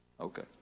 Okay